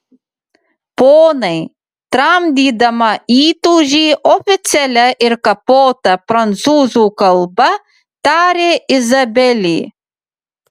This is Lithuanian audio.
ponai tramdydama įtūžį oficialia ir kapota prancūzų kalba tarė izabelė